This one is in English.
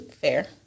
Fair